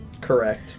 Correct